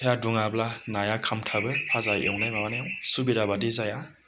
दुङाब्ला नाया खामथाबो भाजा एवनाय माबानायाव सुबिदा बायदि जाया